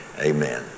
Amen